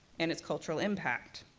and its cultural impact.